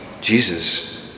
Jesus